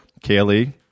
Kaylee